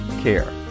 Care